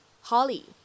Holly